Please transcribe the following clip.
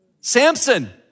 Samson